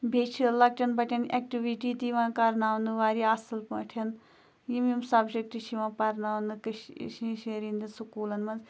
بیٚیہِ چھِ لۄکٹٮ۪ن بَچَن ایٚکٹِوِٹی تہِ یِوان کَرناونہٕ واریاہ اَصٕل پٲٹھۍ یِم یِم سَبجَکٹ چھِ یِوان پَرناونہٕ ہِنٛدٮ۪ن سکوٗلَن منٛز